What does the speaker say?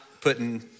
putting